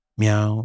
meow